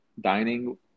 dining